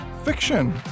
fiction